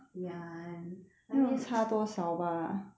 ya and I mean is